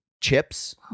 chips